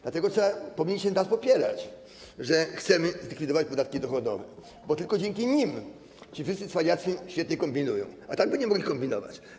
Dlatego powinniście nas popierać, że chcemy zlikwidować podatki dochodowe, bo tylko dzięki nim ci wszyscy cwaniacy świetnie kombinują, a tak by nie mogli kombinować.